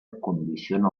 condiciona